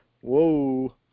Whoa